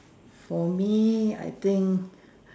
for me I think